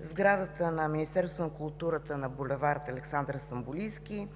сградата на Министерството на културата на булевард „Александър Стамболийски“